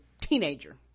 teenager